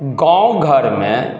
गाँव घरमे